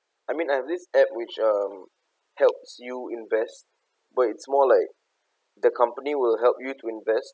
I mean I have this app which um helps you invest but it's more like the company will help you to invest